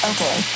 Okay